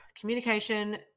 communication